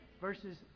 verses